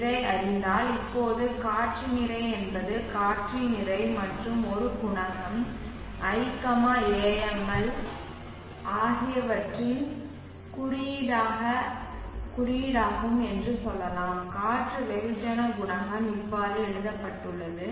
இதை அறிந்தால் இப்போது காற்று நிறை என்பது காற்றின் நிறை மற்றும் ஒரு குணகம் l AML ஆகியவற்றின் குறியீடாகும் என்று சொல்லலாம் காற்று வெகுஜன குணகம் இவ்வாறு எழுதப்பட்டுள்ளது